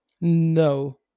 No